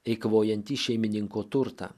eikvojantį šeimininko turtą